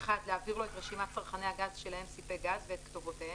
להעביר לו את רשימת צרכני הגז שלהם סיפק גז ואת כתובותיהם;